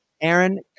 Aaron